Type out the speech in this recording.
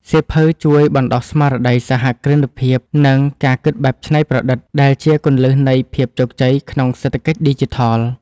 សៀវភៅជួយបណ្ដុះស្មារតីសហគ្រិនភាព និងការគិតបែបច្នៃប្រឌិត ដែលជាគន្លឹះនៃភាពជោគជ័យក្នុងសេដ្ឋកិច្ចឌីជីថល។